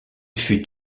fut